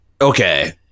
okay